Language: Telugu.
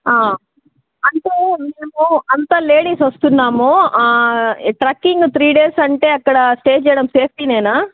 అంటే మేము అంతా లేడీసొస్తున్నాము ట్రక్కింగు త్రీ డేస్ అంటే అక్కడ స్టే చేయడం సేఫ్టీనేనా